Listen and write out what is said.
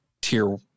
tier